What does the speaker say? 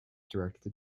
directly